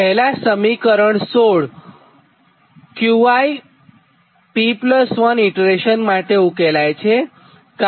તોપહેલા સમીકરણ 16 Qi P1 iteration માટે ઉકેલાય છે